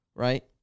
Right